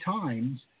times